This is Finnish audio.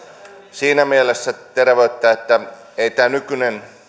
siinä mielessä terävöittää että ei tämä nykyinen